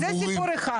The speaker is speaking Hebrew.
אמורים לקבל.